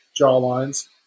jawlines